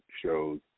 shows